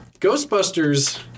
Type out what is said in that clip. Ghostbusters